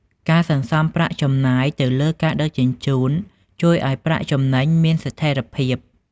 ការសន្សំប្រាក់ចំណាយទៅលើការដឹកជញ្ជូន ជួយឱ្យប្រាក់ចំណេញមានស្ថិរភាព។